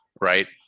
right